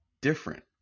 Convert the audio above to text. different